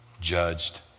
judged